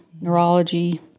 neurology